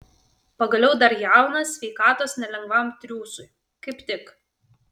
pagaliau dar jaunas sveikatos nelengvam triūsui kaip tik